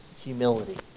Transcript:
humility